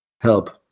help